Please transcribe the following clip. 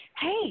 hey